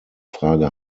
frage